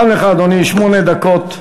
גם לך, אדוני, שמונה דקות.